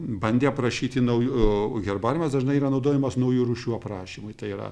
bandė aprašyti nauju o herbariumas dažnai yra naudojamas naujų rūšių aprašymui tai yra